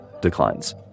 declines